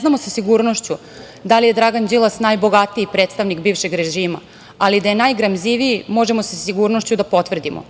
znamo sa sigurnošću da li je Dragan Đilas najbogatiji predstavnik bivšeg režima, ali da je najgramziviji, možemo sa sigurnošću da potvrdimo.